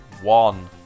One